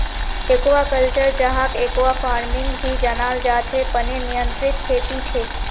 aquaculture, जहाक aquafarming भी जनाल जा छे पनीर नियंत्रित खेती छे